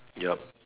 yup